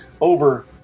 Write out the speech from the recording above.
over